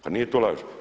Pa nije to laž.